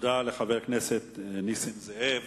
תודה לחבר הכנסת נסים זאב.